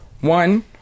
One